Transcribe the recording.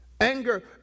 Anger